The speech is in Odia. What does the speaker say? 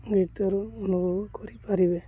ଗୀତରୁ ଅନୁଭବ କରିପାରିବେ